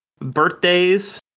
birthdays